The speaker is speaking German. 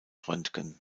röntgen